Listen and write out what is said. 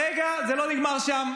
רגע, זה לא נגמר שם.